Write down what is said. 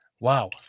wow